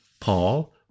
Paul